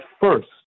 first